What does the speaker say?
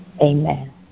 Amen